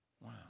Wow